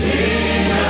Sing